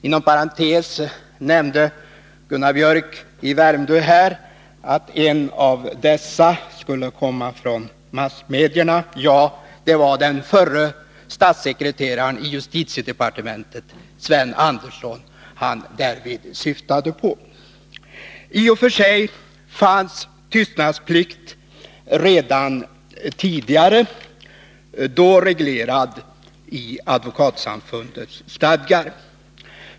Inom parentes nämnde Gunnar Biörck i Värmdö att en av dessa skulle komma från massmedierna. Ja, det är den förre statssekreteraren i justitiedepartementet Sven Andersson som han därvid syftade på. I och för sig fanns tystnadsplikt redan tidigare, då reglerad i advokatsamfundets stadgar.